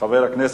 מה הופיע בעיתון?